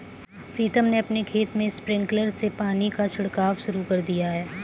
प्रीतम ने अपने खेत में स्प्रिंकलर से पानी का छिड़काव शुरू कर दिया है